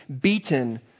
beaten